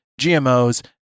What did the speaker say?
GMOs